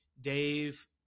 Dave